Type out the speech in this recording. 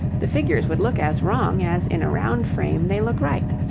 the figures would look as wrong as in a round frame they look right.